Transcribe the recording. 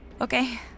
okay